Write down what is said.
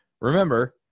Remember